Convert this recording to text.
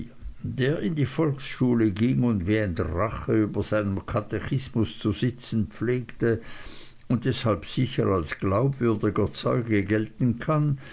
der in die volksschule ging und wie ein drache über seinem katechismus zu sitzen pflegte und deshalb sicher als glaubwürdiger zeuge gelten kann